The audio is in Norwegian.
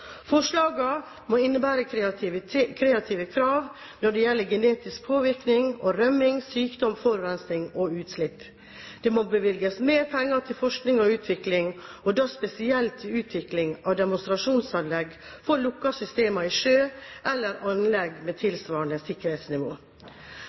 må innebære kreative krav når det gjelder genetisk påvirkning og rømming, sykdom, forurensning og utslipp. Det må bevilges mer penger til forskning og utvikling, og da spesielt utvikling av demonstrasjonsanlegg for lukkede systemer i sjø, eller anlegg med tilsvarende sikkerhetsnivå. Lukkede system kan bidra til